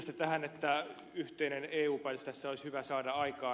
viittasitte tähän että yhteinen eu päätös tässä olisi hyvä saada aikaan